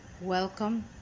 Welcome